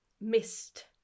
missed